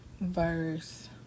verse